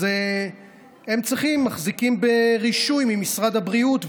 מחזיקים ברישוי ממשרד הבריאות,